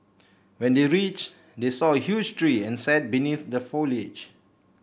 when they reach they saw a huge tree and sat beneath the foliage